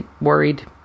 worried